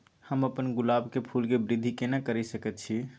हम अपन गुलाब के फूल के वृद्धि केना करिये सकेत छी?